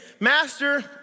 Master